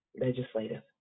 legislative